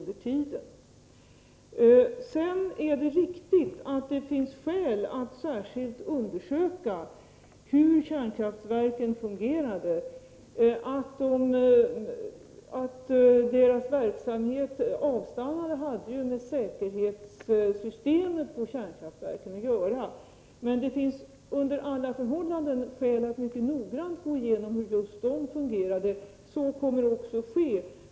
Det är riktigt att det finns skäl att särskilt undersöka hur kärnkraftverken fungerade. Att deras verksamhet avstannade hade med säkerhetssystemen i kärnkraftverken att göra, men under alla förhållanden finns det skäl att mycket noggrant undersöka hur de fungerade. Så kommer också att ske.